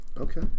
okay